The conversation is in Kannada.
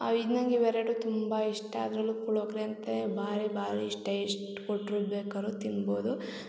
ಅವ ಇನ್ನಂಗೆ ವೆರಟು ತುಂಬ ಇಷ್ಟ ಅದರಲ್ಲೂ ಪುಳ್ಯೋಗ್ರೆ ಅಂತೆ ಭಾರಿ ಭಾರಿ ಇಷ್ಟ ಎಷ್ಟು ಕೊಟ್ಟರೂ ಬೇಕಾದರು ತಿನ್ಬೌದು